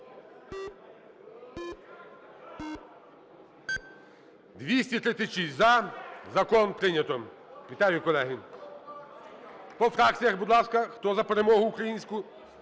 За-236 Закон прийнято. Вітаю, колеги. По фракціях, будь ласка, хто за перемогу українську: